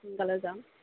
সোনকালে যাম